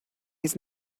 his